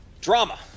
Drama